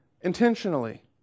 intentionally